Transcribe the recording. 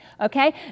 Okay